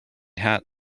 hat